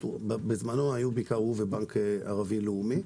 בזמנו היו בעיקר הוא ובנק ערבי לאומי.